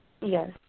Yes